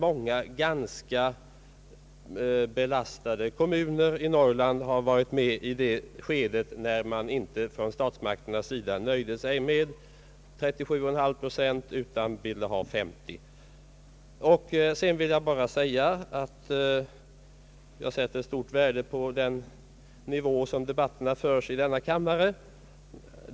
Många ganska belastade kommuner i Norrland har fått vara med i det skede när man från statsmakternas sida inte nöjde sig med 37,5 procent utan ville ha 50. Slutligen vill jag bara säga att jag sätter stort värde på att debatten kunnat föras här i kammaren på denna nivå.